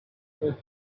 with